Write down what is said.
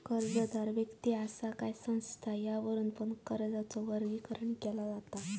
कर्जदार व्यक्ति असा कि संस्था यावरुन पण कर्जाचा वर्गीकरण केला जाता